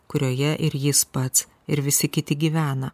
kurioje ir jis pats ir visi kiti gyvena